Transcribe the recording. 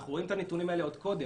אנחנו רואים את הנתונים האלה עוד קודם